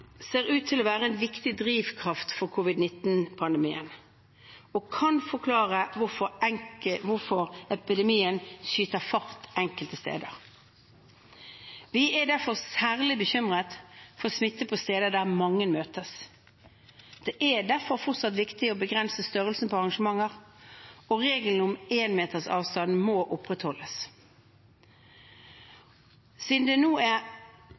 ser ut til å være en viktig drivkraft for covid-19-pandemien og kan forklare hvorfor epidemien skyter fart enkelte steder. Vi er derfor særlig bekymret for smitte på steder der mange møtes. Det er derfor fortsatt viktig å begrense størrelsen på arrangementer, og regelen om en meters avstand må opprettholdes. Siden det nå er